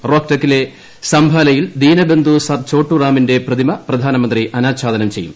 റോഹ്ടെക്കിലെ സംഫാലയിൽ ദീനബന്ധു സർ ചോട്ടു റാമിന്റെ പ്രതിമ പ്രധാനമന്ത്രി അനാച്ഛാദനം ചെയ്യും